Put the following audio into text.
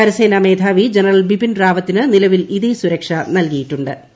കരസേന മേധാവി ജനറൽ ബിപിൻ റാവത്തിന് നിലവിൽ ഇതേ സുരക്ഷ നൽകിയിട്ടു ്